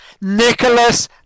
Nicholas